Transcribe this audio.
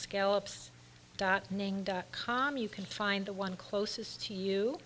scallops dot com you can find the one closest to you